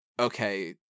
okay